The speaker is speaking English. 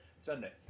Sunday